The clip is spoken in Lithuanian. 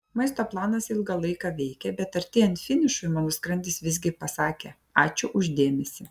maisto planas ilgą laiką veikė bet artėjant finišui mano skrandis visgi pasakė ačiū už dėmesį